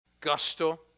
gusto